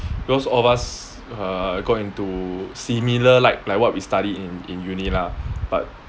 because all of us uh got into similar like like what we study in in uni lah but